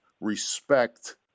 respect